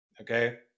Okay